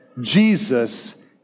Jesus